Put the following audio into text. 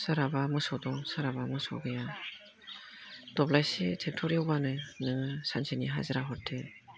सोरहाबा मोसौ दं सोरहाबा मोसौ गैया दब्लायसे ट्रेक्ट'र एवबानो नोङो सानसेनि हाजिरा हरदो